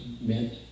meant